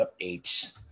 updates